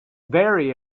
very